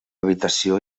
habitació